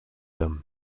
dame